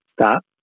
stop